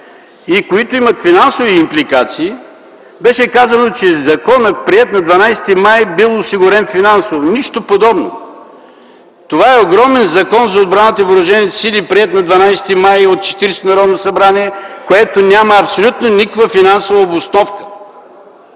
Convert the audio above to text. и които имат финансови импликации. Беше казано, че законът, приет на 12 май м. г. бил осигурен финансово. Нищо подобно! Това е огромен Закон за отбраната и въоръжените сили, приет на 12 май м. г. от Четиридесетото Народно събрание, който няма абсолютно никаква финансова обосновка.